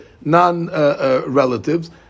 non-relatives